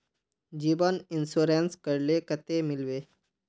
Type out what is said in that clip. जीवन इंश्योरेंस करले कतेक मिलबे ई?